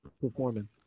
performing